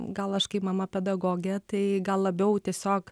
gal aš kaip mama pedagogė tai gal labiau tiesiog